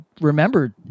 remembered